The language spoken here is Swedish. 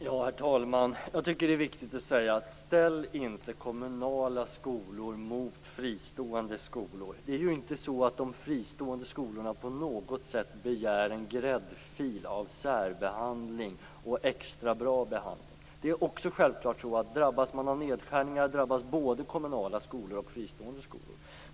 Herr talman! Jag tycker att det är viktigt att säga: Ställ inte kommunala skolor mot fristående skolor! Det är ju inte så att de fristående skolorna på något sätt begär en gräddfil i form av särbehandling och extra bra behandling. Det är också självklart så att nedskärningar drabbar både kommunala skolor och fristående skolor.